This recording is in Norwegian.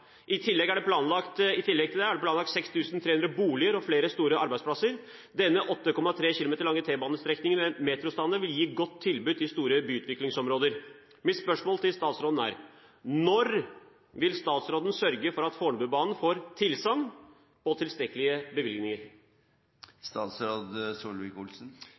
I tillegg til det er det planlagt 6 300 boliger og flere store arbeidsplasser. Denne 8,3 km lange T-banestrekningen med metrostandard vil gi et godt tilbud til store byutviklingsområder. Mitt spørsmål til statsråden er: Når vil statsråden sørge for at Fornebubanen får tilsagn og tilstrekkelige